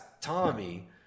Tommy